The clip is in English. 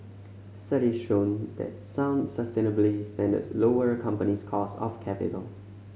study show that sound sustainability standards lower a company's cost of capital